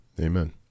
Amen